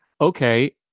okay